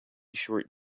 short